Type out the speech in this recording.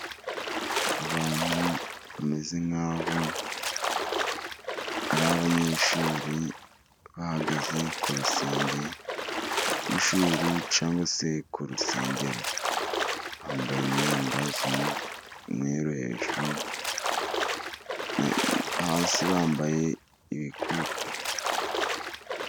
Abantu bameze nk'aho ari abanyeshuri. Bahagaze ku rusenge rw'ishuri cyangwa se ku rusengero. Bambaye imyenda y'umwero hejuru, hasi bambaye ibikupe.